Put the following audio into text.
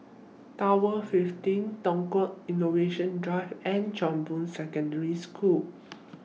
Tower fifteen Tukang Innovation Drive and Chong Boon Secondary School